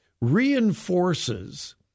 reinforces